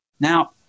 Now